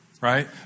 Right